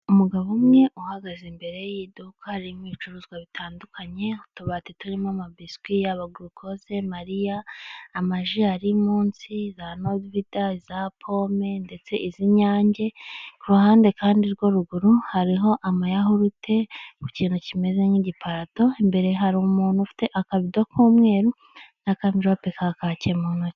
Umugabo umwe uhagaze imbere y'iduka ririmo ibicuruzwa bitandukanye, utubati turimo amabiswi, yaba gricoze, mariya, amaji ari munsi, za novida, za pome, ndetse iz'inyange, ku ruhande kandi rwa ruguru hariho amayahurute, ku kintu kimeze nk'igipato, imbere hari umuntu ufite akabido k'umweru, n'akamverope ka kaki mu ntoki.